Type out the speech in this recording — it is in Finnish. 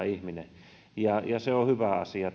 ihminen tähän yhteiskuntaan ja se on hyvä asia